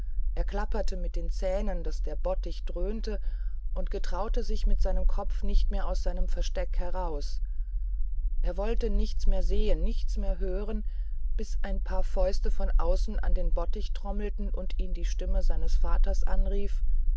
er klapperte mit den zähnen daß der bottich dröhnte und getraute sich mit seinem kopf nicht mehr aus seinem versteck heraus er wollte nichts mehr sehen nichts mehr hören bis ein paar fäuste von außen an den bottich trommelten und ihn die stimme seines vaters anrief